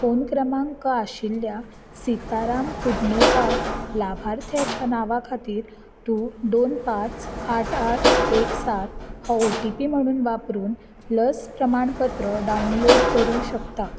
phone क्रमांक आशिल्ल्या सिताराम कुडणेकार लाभार्थ्याच्या नांवा खातीर तूं दोन पाच आठ आठ एक सात हो ओ टी पी म्हणून वापरून लस प्रमाणपत्र डावन्लोड करू शकता